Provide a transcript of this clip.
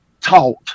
taught